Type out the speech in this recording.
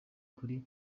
kuri